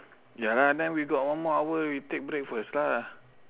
ya lah and then we got one more hour we take break first lah